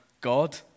God